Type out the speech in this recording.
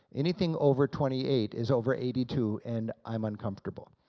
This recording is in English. anything over twenty eight is over eighty two, and i'm uncomfortable.